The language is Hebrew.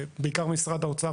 ובעיקר משרד האוצר,